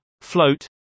Float